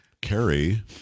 Carrie